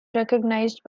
recognized